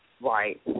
Right